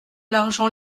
l’argent